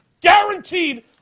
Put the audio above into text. guaranteed